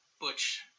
butch